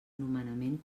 nomenament